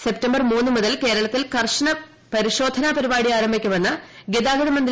September മൂന്ന് മുതൽ കേരളത്തിൽ കർശന പരിശോധന പരിപാടി ആരംഭിക്കുമെന്ന് ഗതാഗത മന്ത്രി